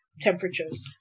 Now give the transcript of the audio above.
temperatures